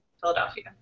Philadelphia